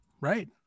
Right